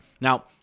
Now